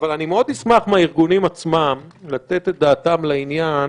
אבל מאוד אשמח מהארגונים עצמם לתת את דעתם לעניין,